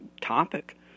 topic